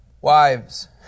wives